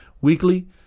weekly